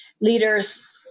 Leaders